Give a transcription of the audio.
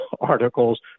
articles